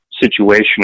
situation